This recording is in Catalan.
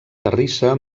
terrissa